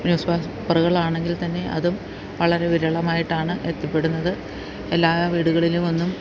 news പേപ്പറുകൾ ആണെങ്കിൽ തന്നെ അതും വളരെ വിരളമായിട്ടാണ് എത്തിപ്പെടുന്നത് എല്ലാ വീടുകളിലും ഒന്നും